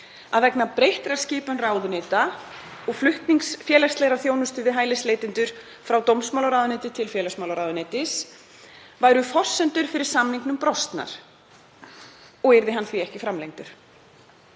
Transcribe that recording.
að vegna breyttrar skipanar ráðuneyta og flutnings félagslegrar þjónustu við hælisleitendur frá dómsmálaráðuneyti til félagsmálaráðuneytis væru forsendur fyrir samningnum brostnar og yrði hann því ekki framlengdur.